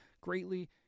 greatly